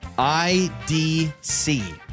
I-D-C